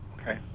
Okay